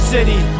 City